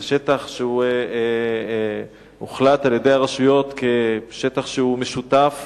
זה שטח שהוחלט על-ידי הרשויות כשטח שהוא משותף